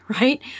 right